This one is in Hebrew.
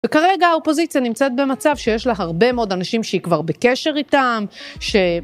וכרגע האופוזיציה נמצאת במצב שיש לה הרבה מאוד אנשים שהיא כבר בקשר איתם,